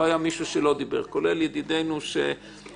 לא היה מישהו שלא דיבר, כולל ידידנו אלישע.